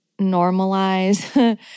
normalize